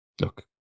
Look